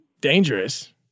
dangerous